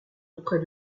auprès